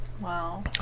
Wow